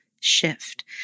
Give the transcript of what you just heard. shift